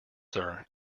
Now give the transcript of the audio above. sir